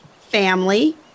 family